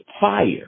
fire